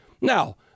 Now